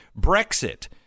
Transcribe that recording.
Brexit